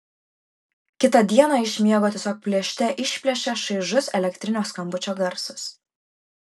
kitą dieną iš miego tiesiog plėšte išplėšia šaižus elektrinio skambučio garsas